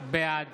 בעד